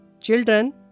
Children